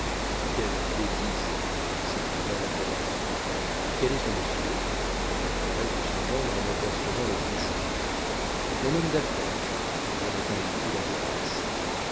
quelle bêtise s'écria la belle-mère quel est ce monsieur dit-elle à l'oreille de son gendre en apercevant le cruchot mon homme d'affaires lui répondit-il à voix basse